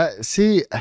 see